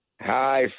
Hi